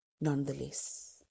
nonetheless